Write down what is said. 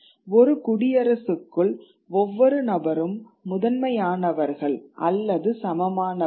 ஒரு குடியரசுக்குள் ஒவ்வொரு நபரும் முதன்மையானவர்கள் அல்லது சமமானவர்கள்